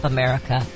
America